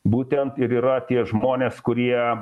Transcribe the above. būtent ir yra tie žmonės kurie